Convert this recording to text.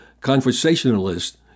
conversationalist